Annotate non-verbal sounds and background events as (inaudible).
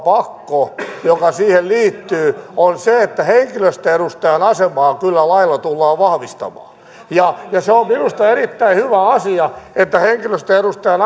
pakko joka siihen liittyy on se että henkilöstöedustajan asemaa kyllä lailla tullaan vahvistamaan ja se on minusta erittäin hyvä asia että henkilöstöedustajan (unintelligible)